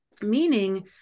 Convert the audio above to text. meaning